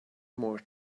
more